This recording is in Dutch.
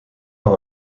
van